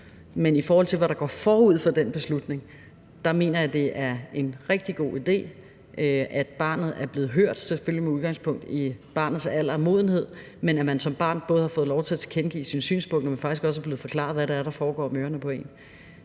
Men i forhold til hvad der går forud for den beslutning, mener jeg, at det er en rigtig god idé, at barnet er blevet hørt, selvfølgelig med udgangspunkt i barnets alder og modenhed, men at man som barn både har fået lov til at tilkendegive sine synspunkter, men faktisk også har fået forklaret, hvad det er, der foregår om ørerne på en.